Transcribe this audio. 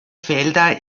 felder